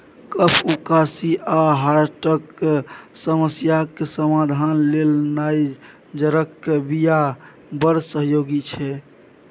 कफ, उकासी आ हार्टक समस्याक समाधान लेल नाइजरक बीया बड़ सहयोगी छै